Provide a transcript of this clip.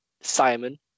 Simon